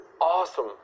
awesome